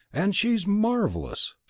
and she's marvellous!